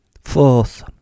Fourth